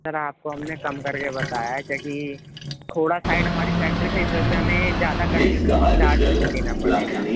سر آپ کو ہم نے کم کر کے بتایا ہے تاکہ کھوڑا سائڈ ہماری فیکٹری ہے اس وجہ سے ہمیں زیادہ کنوینئنس چارج نہیں دینا پڑے گا